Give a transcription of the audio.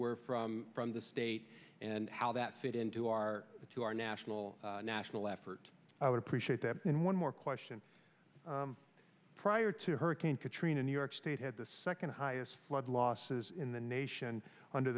were from from the state and how that fit into our to our national national effort i would appreciate that and one more question prior to hurricane katrina new york state had the second highest flood losses in the nation under